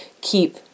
keep